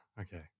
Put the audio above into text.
Okay